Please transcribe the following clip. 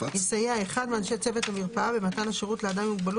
יסייע אחד מאנשי צוות המרפאה במתן השירות לאדם עם מוגבלות